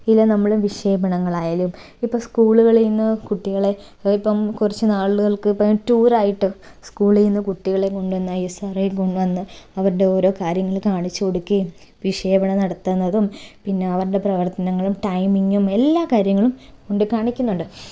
യിലെ നമ്മൾ വിക്ഷേപണങ്ങളായലും ഇപ്പോൾ സ്കൂളുകളിൽനിന്ന് കുട്ടികളെ ഇപ്പം കുറച്ചു നാളുകൾക്ക് ഇപ്പം ടൂർ ആയിട്ട് സ്കൂളിൽനിന്ന് കുട്ടികളെ കൊണ്ടുവന്ന് ഐ എസ് ആർ ഒയിൽ കൊണ്ട് വന്ന് അവരുടെ ഓരോ കാര്യങ്ങൾ കാണിച്ചുകൊടുക്കുകയും വിക്ഷേപണം നടത്തുന്നതും പിന്നെ അവരുടെ പ്രവർത്തനങ്ങളും ടൈമിങും എല്ലാ കാര്യങ്ങളും കൊണ്ട് കാണിക്കുന്നുണ്ട്